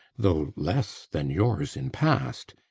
though less than yours in past,